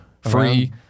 free